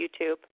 YouTube